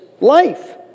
life